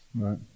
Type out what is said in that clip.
Right